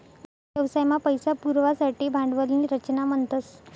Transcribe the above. व्यवसाय मा पैसा पुरवासाठे भांडवल नी रचना म्हणतस